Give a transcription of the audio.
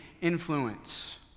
influence